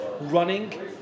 running